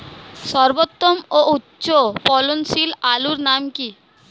সর্বোত্তম ও উচ্চ ফলনশীল আলুর নাম কি?